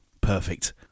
Perfect